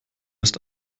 ist